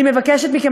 אני מבקשת מכם,